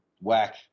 whack